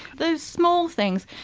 those small things,